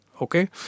Okay